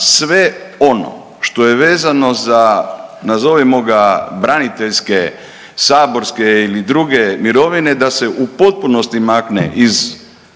sve ono što je vezano za nazovimo ga braniteljske saborske ili druge mirovine da se u potpunosti makne iz